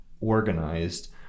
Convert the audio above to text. organized